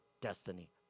destiny